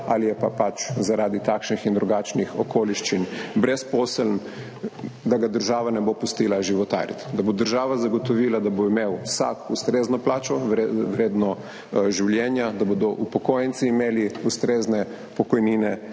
ali je pa pač zaradi takšnih in drugačnih okoliščin brezposeln, država ne bo pustila životariti. Da bo država zagotovila, da bo imel vsak ustrezno plačo, vredno življenja, da bodo upokojenci imeli ustrezne pokojnine,